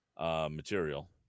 material